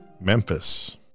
Memphis